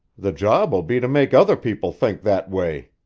the job will be to make other people think that way,